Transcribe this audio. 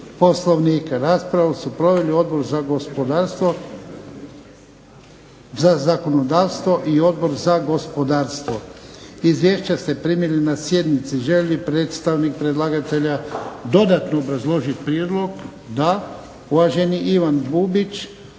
Poslovnika. Raspravu su proveli Odbor za gospodarstvo, za zakonodavstvo i Odbor za gospodarstvo. Izvješća ste primili na sjednici. Želi li predstavnik predlagatelja dodatno obrazložiti prijedlog? Da. Uvaženi Ivan Bubić,